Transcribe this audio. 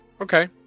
Okay